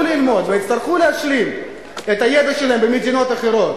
ללמוד ויצטרכו להשלים את הידע שלהם במדינות אחרות,